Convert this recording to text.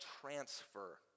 transfer